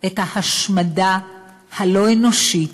את ההשמדה הלא-אנושית,